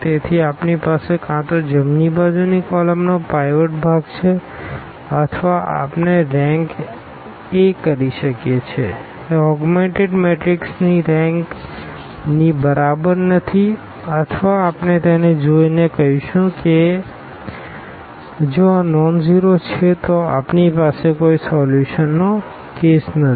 તેથી આપણી પાસે કાં તો જમણી બાજુની કોલમનો પાઈવોટ ભાગ છે અથવા આપણે રેંક a કરીએ છીએ એ ઓગ્મેનટેડ મેટ્રિક્સની રેંકની બરાબર નથી અથવા આપણે તેને જોઈને કહીશું કે જો આ નોનઝીરો છે તો આપણી પાસે કોઈ સોલ્યુશનનો કેસ નથી